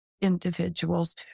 individuals